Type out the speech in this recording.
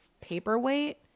paperweight